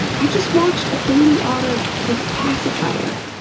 i just watched a baby otter with a pacifier!